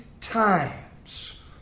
times